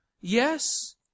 Yes